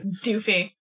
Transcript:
Doofy